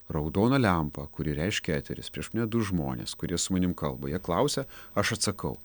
raudona lempa kuri reiškia eteris prieš du žmones kurie su manim kalba jie klausia aš atsakau